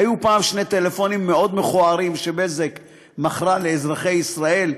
היו פעם שני טלפונים מאוד מכוערים ש"בזק" מכרה לאזרחי ישראל,